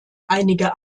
einige